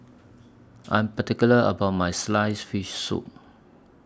I Am particular about My Sliced Fish Soup